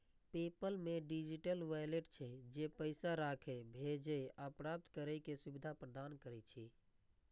PayPal मे digital wallet छै, जे पैसा राखै, भेजै आ प्राप्त करै के सुविधा प्रदान करै छै